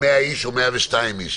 100 איש או 102 איש.